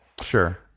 Sure